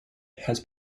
has